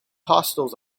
hostels